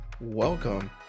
welcome